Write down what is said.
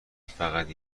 فقط